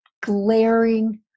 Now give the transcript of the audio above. glaring